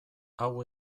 hau